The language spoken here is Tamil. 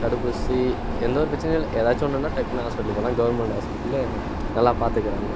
தடுப்பூசி எந்த ஒரு பிரச்சினையும் இல்லை ஏதாச்சும் ஒன்றுன்னா டக்குன்னு ஹாஸ்பிட்டல் போகலாம் கவர்மெண்ட் ஹாஸ்பிட்லு நல்லா பார்த்துக்குறாங்க